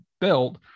built